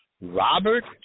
Robert